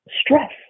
stress